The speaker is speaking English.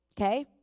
Okay